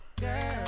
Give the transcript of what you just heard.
Girl